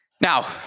Now